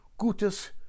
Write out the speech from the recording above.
gutes